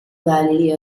valley